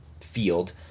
field